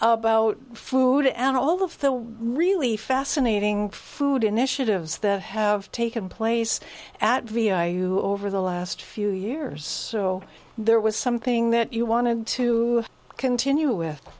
about food and all of the really fascinating food initiatives that have taken place at vi you over the last few years there was something that you wanted to continue with